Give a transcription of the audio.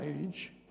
age